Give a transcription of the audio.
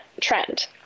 trend